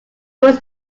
was